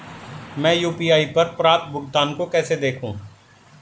मैं यू.पी.आई पर प्राप्त भुगतान को कैसे देखूं?